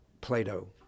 Plato